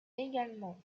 également